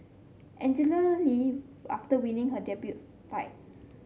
Angela Lee after winning her debut fight